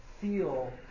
feel